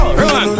run